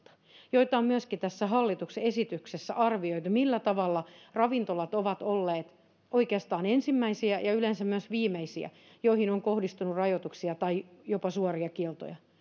joita on myöskin tässä hallituksen esityksessä arvioitu millä tavalla ravintolat ovat olleet oikeastaan ensimmäisiä ja yleensä myös viimeisiä joihin on kohdistunut rajoituksia tai jopa suoria kieltoja